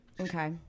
Okay